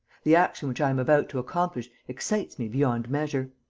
the action which i am about to accomplish excites me beyond measure.